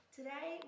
today